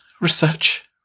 research